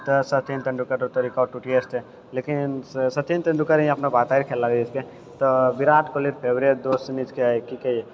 तऽ सचिन तेन्दुलकररे रिकार्ड टूटियै जेतै लेकिन सचिन तेन्दुलकर भी अपन भारतेके खिलाड़ी छिके तऽ विराट कोहली फेवरेट दोस्त सनि कि कहै है